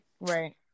Right